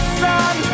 sun